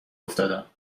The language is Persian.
افتادم